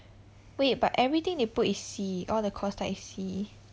wait but everything they put is C all the course start with C